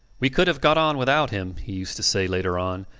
we could have got on without him, he used to say later on,